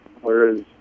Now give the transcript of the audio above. whereas